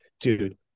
Dude